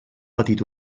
petit